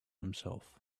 himself